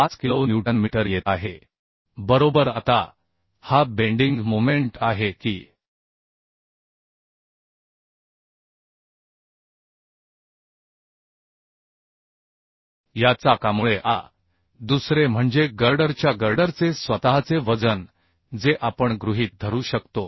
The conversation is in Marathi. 5किलो न्यूटन मीटर येत आहे बरोबर आता हा बेंडिंग मोमेंट आहे की या चाकामुळे आता दुसरे म्हणजे गर्डरच्या गर्डरचे स्वतःचे वजन जे आपण गृहीत धरू शकतो